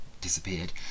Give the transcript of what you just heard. disappeared